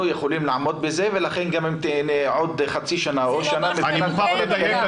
יכולים לעמוד בזה ולכן גם עוד חצי שנה או שנה --- אני מוכרח לדייק,